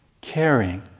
caring